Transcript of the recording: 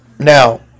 Now